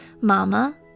Mama